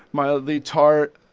mildly tart,